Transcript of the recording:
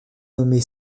nommée